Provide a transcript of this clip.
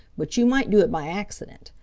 but you might do it by accident.